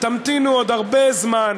תמתינו עוד הרבה זמן,